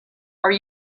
are